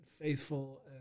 faithful